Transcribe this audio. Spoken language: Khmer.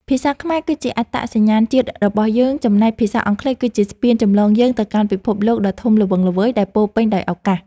ភាសាខ្មែរគឺជាអត្តសញ្ញាណជាតិរបស់យើងចំណែកភាសាអង់គ្លេសគឺជាស្ពានចម្លងយើងទៅកាន់ពិភពលោកដ៏ធំល្វឹងល្វើយដែលពោរពេញដោយឱកាស។